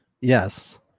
yes